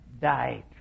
died